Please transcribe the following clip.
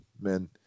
men